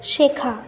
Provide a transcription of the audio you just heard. শেখা